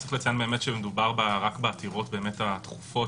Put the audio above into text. יש לציין שמדובר רק בעתירות הדחופות